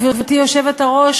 גברתי היושבת-ראש,